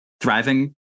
thriving